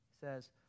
says